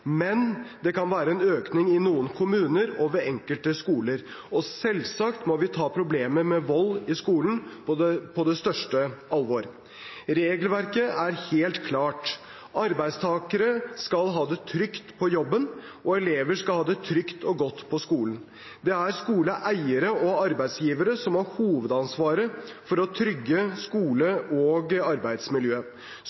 Men det kan være en økning i noen kommuner og ved enkelte skoler, og selvsagt må vi ta problemet med vold i skolen på det største alvor. Regelverket er helt klart. Arbeidstakere skal ha det trygt på jobben, og elever skal ha det trygt og godt på skolen. Det er skoleeiere og arbeidsgivere som har hovedansvaret for å trygge